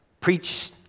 preach